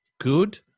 good